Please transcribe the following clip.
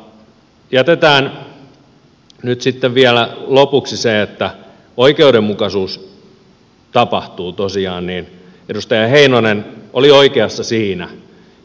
mutta otetaan nyt sitten vielä lopuksi se jotta oikeudenmukaisuus tapahtuu tosiaan että edustaja heinonen oli oikeassa siinä